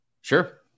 Sure